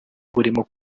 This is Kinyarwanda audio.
burimo